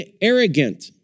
arrogant